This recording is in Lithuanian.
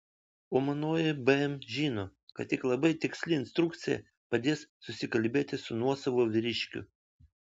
o manoji bm žino kad tik labai tiksli instrukcija padės susikalbėti su nuosavu vyriškiu